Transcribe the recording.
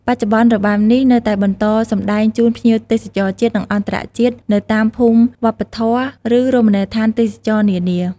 បច្ចុប្បន្ន របាំនេះនៅតែបន្តសម្តែងជូនភ្ញៀវទេសចរជាតិ និងអន្តរជាតិនៅតាមភូមិវប្បធម៌ ឬរមណីយដ្ឋានទេសចរណ៍នានា។